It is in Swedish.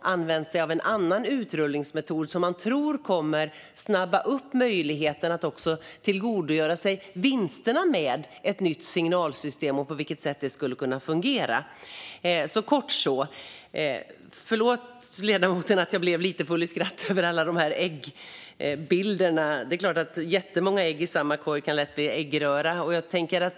använt sig av en annan utrullningsmetod som man tror kommer att snabba på möjligheten att också tillgodogöra sig vinsterna med ett nytt signalsystem och på vilket sätt det skulle kunna fungera. Jag ber ledamoten att förlåta att jag blev lite full i skratt över alla dessa äggbilder. Det är klart att jättemånga ägg i samma korg lätt kan bli äggröra.